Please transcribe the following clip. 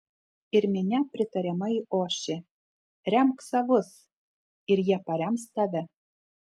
ir minia pritariamai ošė remk savus ir jie parems tave